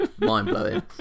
mind-blowing